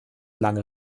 lange